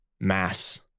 mass